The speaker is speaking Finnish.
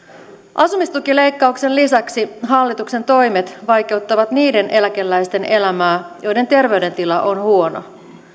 asumistukileikkauksen lisäksi hallituksen toimet vaikeuttavat niiden eläkeläisten elämää joiden terveydentila on huono